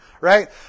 right